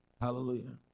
hallelujah